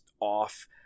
off